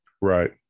right